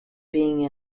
being